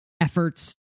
efforts